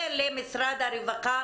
למשרד הרווחה,